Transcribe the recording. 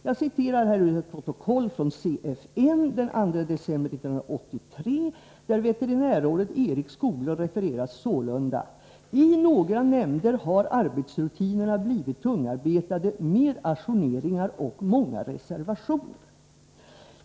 Jag återger här ett avsnitt ur ett protokoll från CFN den 2 december 1983, där veterinärrådet Eric Skoglund refereras sålunda: I några nämnder har arbetsrutinerna blivit tungarbetade med ajourneringar och många reservationer.